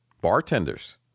bartenders